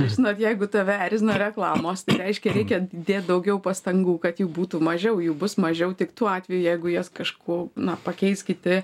žinot jeigu tave erzina reklamos reiškia reikia dėt daugiau pastangų kad jų būtų mažiau jų bus mažiau tik tuo atveju jeigu jas kažkuo na pakeis kiti